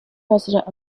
resident